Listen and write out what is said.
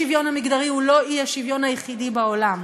אני אגיד לסיום: האי-שוויון המגדרי הוא לא האי-שוויון היחידי בעולם,